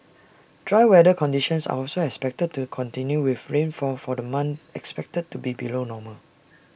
dry weather conditions are also expected to continue with rainfall for the month expected to be below normal